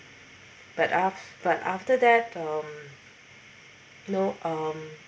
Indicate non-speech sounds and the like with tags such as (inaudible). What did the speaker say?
but af~ (breath) but after that um you know um